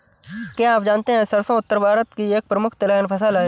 क्या आप जानते है सरसों उत्तर भारत की एक प्रमुख तिलहन फसल है?